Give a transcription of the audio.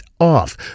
off